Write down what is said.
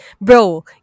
bro